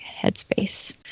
headspace